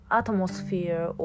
atmosphere